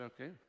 okay